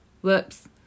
whoops